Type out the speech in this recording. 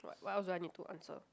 what what else do I need to answer